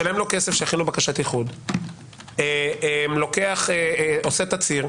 משלם לו כסף שיכין לו בקשת איחוד, עושה תצהיר,